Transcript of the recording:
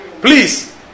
Please